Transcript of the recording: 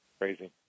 Crazy